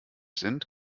sind